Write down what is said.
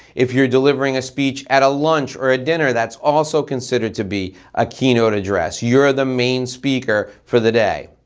if you're delivering a speech at lunch or a dinner that's also considered to be a keynote address. you're the main speaker for the day.